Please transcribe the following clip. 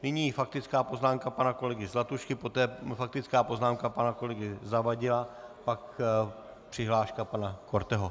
Nyní faktická poznámka pana kolegy Zlatušky, poté faktická poznámka pana kolegy Zavadila, pak přihláška pana Korteho.